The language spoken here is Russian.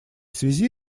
связи